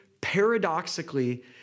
paradoxically